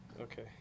Okay